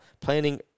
Planning